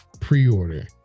pre-order